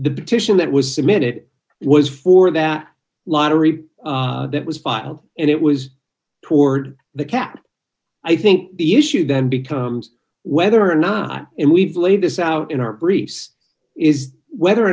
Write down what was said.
the petition that was submitted was for that lottery that was filed and it was toward the cap i think the issue then becomes whether or not and we've laid this out in our briefs is whether